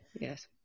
Yes